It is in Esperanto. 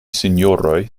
sinjoroj